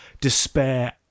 despair